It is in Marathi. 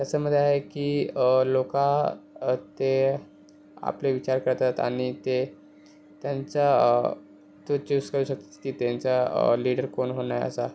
त्याच्यामध्ये आहे की लोका ते आपले विचार करतात आणि ते त्यांच्या ते चूज करू शकतात की त्यांचा लीडर कोण होणार आहे असा